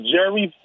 Jerry